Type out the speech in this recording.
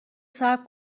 صبر